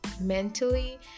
mentally